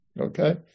Okay